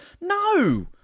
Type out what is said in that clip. No